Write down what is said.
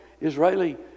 Israeli